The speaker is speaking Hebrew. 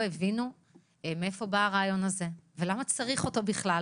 הבינו מאיפה בא הרעיון הזה ולמה צריך אותו בכלל